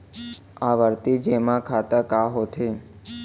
आवर्ती जेमा खाता का होथे?